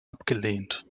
abgelehnt